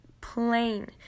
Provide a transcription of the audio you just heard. Plain